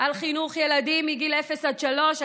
על חינוך ילדים מגיל אפס עד שלוש,